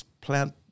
plant